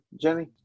Jenny